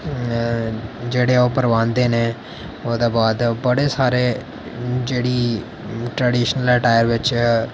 जेह्ड़े ओह् प्रवाहंदे न ओह्दे बाद बड़े सारे जेह्ड़ी ट्रेडीशनल अटॉयर बिच